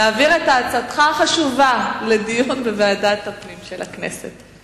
להעביר את הצעתך החשובה לדיון בוועדת הפנים של הכנסת.